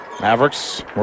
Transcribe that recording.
Mavericks